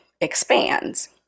expands